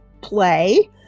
play